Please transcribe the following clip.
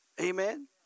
Amen